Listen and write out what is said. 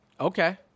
Okay